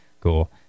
Cool